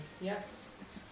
Yes